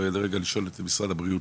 אנסה רגע לשאול את משרד הבריאות.